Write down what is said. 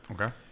Okay